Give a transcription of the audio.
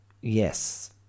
yes